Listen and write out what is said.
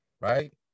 right